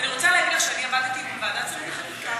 ואני רוצה להגיד לך שאני עברתי בוועדת שרים לחקיקה,